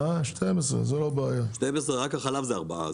רק החלב זה ארבעה.